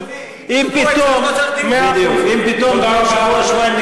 אם נדרש העניין, לאישור המליאה.